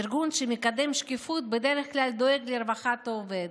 ארגון שמקדם שקיפות בדרך כלל דואג לרווחת העובד,